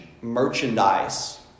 merchandise